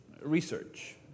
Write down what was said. research